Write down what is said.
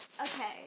Okay